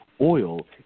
oil